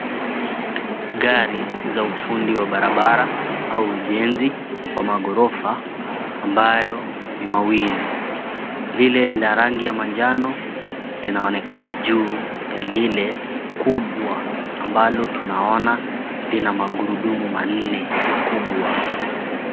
Gari za ufundi wa barabara au ujenzi wa magorofa ambayo ni mawili. Lile la rangi ya manjano linaonekana juu ya lile kubwa ambalo tunaona lina magurudumu manne makubwa.